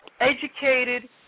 Educated